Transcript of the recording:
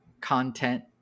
content